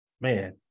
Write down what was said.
man